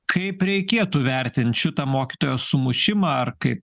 kaip reikėtų vertint šitą mokytojo sumušimą ar kaip